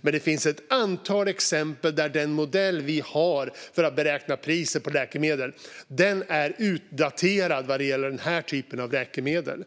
Men det finns ett antal andra exempel på att den modell vi har för att beräkna priset på läkemedel är utdaterad vad gäller den här typen av läkemedel.